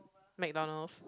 McDonald's